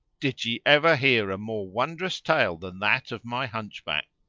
did ye ever hear a more wondrous tale than that of my hunchback?